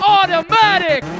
Automatic